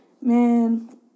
man